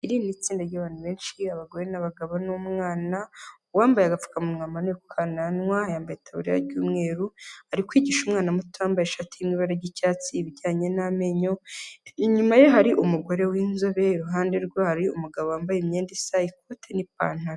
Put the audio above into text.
Iri ni itsinda ry'abantu benshi abagore n'abagabo n'umwana, uwambaye agapfukamunwa yambaye itaburiya y'umweru, ari kwigisha umwana muto wambaye ishati y'ibara ry'icyatsi ibijyanye n'amenyo inyuma ye hari umugore winzobere iruhande rwe hari umugabo wambaye imyenda isa ikote n'ipantaro.